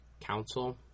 Council